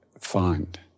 find